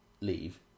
leave